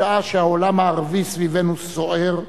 שעה שהעולם הערבי סביבנו סוער,